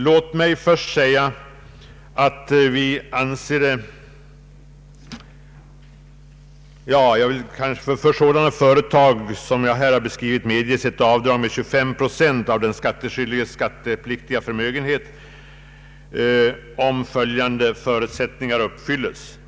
För sådana företag som jag här har beskrivit medges vid förmögenhetsbeskattning ett avdrag med 25 procent av den skattepliktiga förmögenheten, om följande förutsättningar uppfylls.